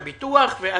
אתה הרי לא מדבר ברצינות.